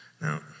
Now